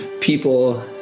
people